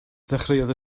ddechreuodd